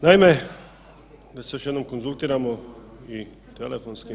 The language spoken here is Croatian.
Naime, da se još jednom konzultiramo i telefonskim…